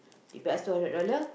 they pay us two hundred dollar